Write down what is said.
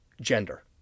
gender